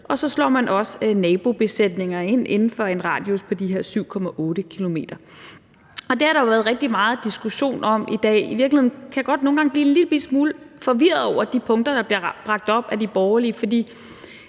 også slår nabobesætningerne ned inden for en radius på de her 7,8 km, har der jo været rigtig meget diskussion om i dag. I virkeligheden kan jeg godt nogle gange blive en lillebitte smule forvirret over de punkter, der bliver bragt op af de borgerlige, for